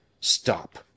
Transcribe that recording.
Stop